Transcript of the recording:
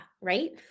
Right